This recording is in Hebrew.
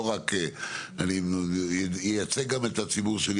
אני מייצג את הציבור שלי,